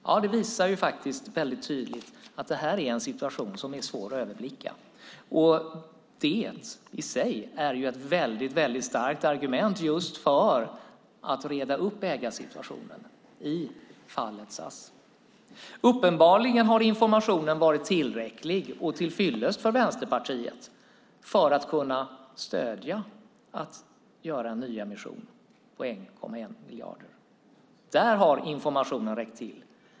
Ja, det visar faktiskt väldigt tydligt att det här är en situation som är svår att överblicka. Och det i sig är ett väldigt starkt argument just för att reda ut ägarsituationen i fallet SAS. Uppenbarligen har informationen varit tillräcklig och till fyllest för att Vänsterpartiet ska kunna stödja en nyemission på 1,1 miljard. Där har informationen räckt till.